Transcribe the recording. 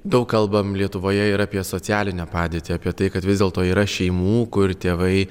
daug kalbam lietuvoje ir apie socialinę padėtį apie tai kad vis dėlto yra šeimų kur tėvai